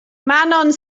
manon